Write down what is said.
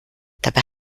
dabei